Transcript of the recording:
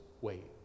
wait